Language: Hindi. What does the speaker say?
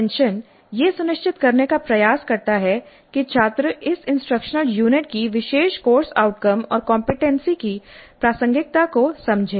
अटेंशन यह सुनिश्चित करने का प्रयास करता है कि छात्र इस इंस्ट्रक्शनल यूनिट की विशेष कोर्स आउटकम और कमपेटेंसी की प्रासंगिकता को समझें